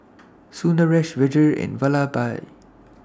Sundaresh Vedre and Vallabhbhai